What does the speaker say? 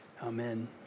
amen